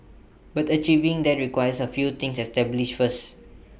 but achieving that requires A few things established first